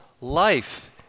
life